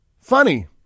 Funny